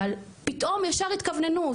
אבל פתאום ישר התכווננות,